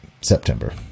September